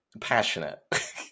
passionate